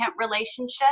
relationship